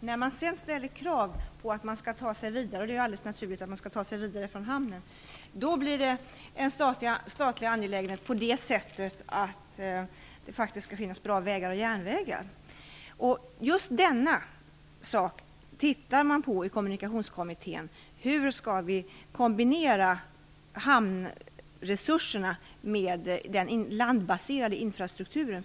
när man sedan ställer krav på vidaretransport - det är ju naturligt att man skall ta sig vidare från hamnen - blir det en statlig angelägenhet så till vida att det faktiskt skall finnas bra vägar och järnvägar. Just den saken tittar Kommunikationskommittén på. Hur skall vi alltså kombinera hamnresurserna med den landbaserade infrastrukturen?